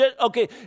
Okay